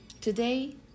Today